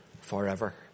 forever